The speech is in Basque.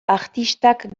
artistak